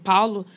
Paulo